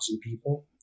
people